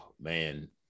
man